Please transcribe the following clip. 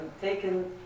taken